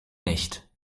nicht